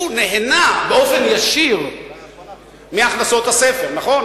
הוא נהנה באופן ישיר מהכנסות הספר, נכון?